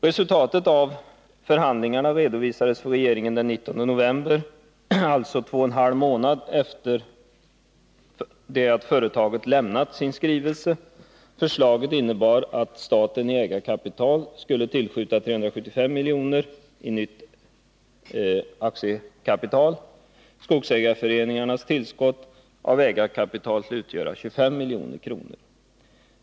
Resultatet av förhandlingarna redovisades för regeringen den 19 november 1980, alltså två och en halv månad efter det att företaget avlämnat sin skrivelse. Förslaget innebar att staten i ägarkapital skulle tillskjuta 375 miljoner i nytt aktiekapital. Skogsägarföreningarnas tillskott av ägarkapital skulle utgöra 25 milj.kr.